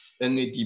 NAD